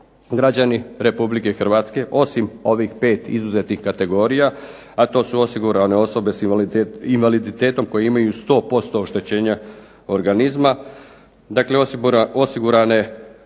građani Republike Hrvatske osim ovih pet izuzetnih kategorija, a to su osigurane osobe sa invaliditetom koji imaju sto posto oštećenja organizma. Dakle, osigurane osobe